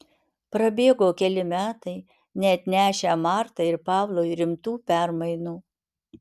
prabėgo keli metai neatnešę martai ir pavlui rimtų permainų